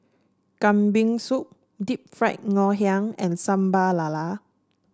Kambing Soup Deep Fried Ngoh Hiang and Sambal Lala